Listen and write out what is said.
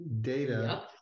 data